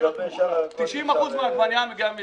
לגבי שאר הירקות אפשר --- 90% מהעגבנייה מגיעה מאשכול.